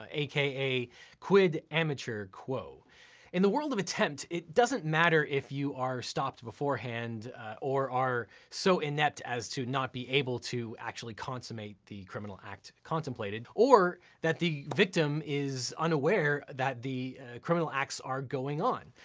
ah aka quid-amateur-pro. in the world of attempt, it doesn't matter if you are stopped beforehand or are so inept as to not be able to actually consummate the criminal act contemplated, or that the victim is unaware that the criminal acts are going on.